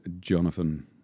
Jonathan